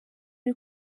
uri